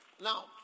Now